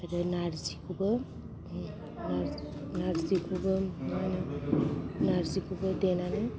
आरो नार्जिखौबो मा होनो नार्जिखौबो देनानै